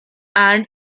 and